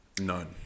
None